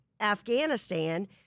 Afghanistan